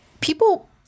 people